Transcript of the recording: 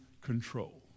control